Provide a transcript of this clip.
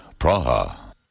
Praha